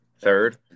Third